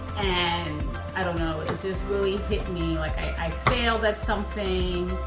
and i don't know, it just really hit me like i failed at something,